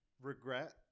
regret